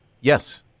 Yes